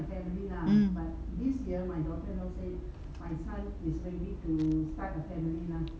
mm